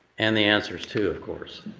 and the answers, too, of course.